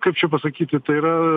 kaip čia pasakyti tai yra